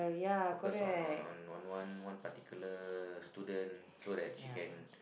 focus on on on on one one particular student so that she can